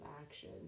action